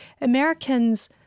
Americans